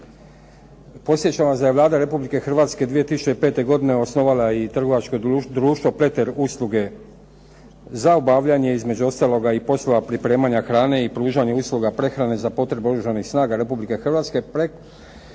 Podsjećam vas da je Vlada Republike Hrvatske 2005. godine osnovala i Trgovačko društvo "Pleter-usluge" za obavljanje između ostaloga i poslova pripremanja hrane i pružanja usluga prehrane za potrebe Oružanih snaga Republike Hrvatske, preko